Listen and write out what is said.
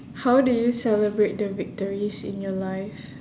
how do you celebrate the victories in your life